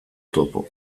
topo